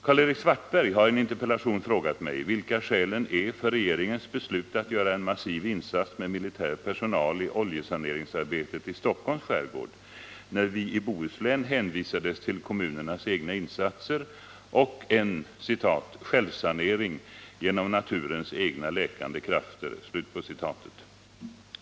Karl-Erik Svartberg har i en interpellation frågat mig vilka skälen är för regeringens beslut att göra en massiv insats med militär personal i oljesaneringsarbetet i Stockholms skärgård, då man i Bohuslän hänvisades till kommunernas egna insatser och en ”självsanering —-—-- genom naturens egna läkande krafter”.